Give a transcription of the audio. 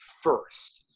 first